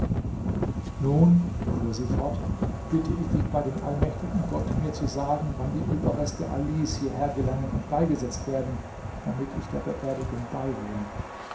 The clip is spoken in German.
nun fuhr sie fort bitte ich dich bei dem allmächtigen gott mir zu sagen wann die überreste alis hierher gelangen und beigesetzt werden damit ich der beerdigung beiwohne